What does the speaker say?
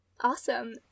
Awesome